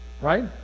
Right